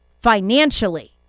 financially